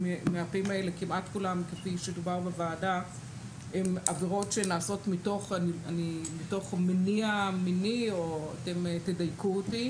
הן עבירות שנעשות מתוך מניע מיני אתם תדייקו אותי